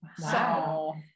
Wow